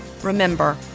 Remember